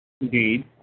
Indeed